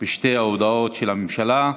בשתי ההודעות של הממשלה.